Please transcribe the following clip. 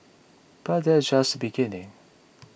but that's just beginning